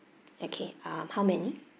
okay um how many